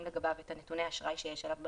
לגביו את נתוני האשראי שיש עליו במאגר.